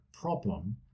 problem